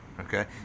okay